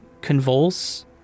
convulse